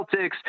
Celtics